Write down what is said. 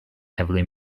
heavily